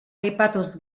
aipatuz